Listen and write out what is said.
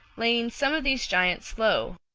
laying some of these giants low,